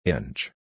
Inch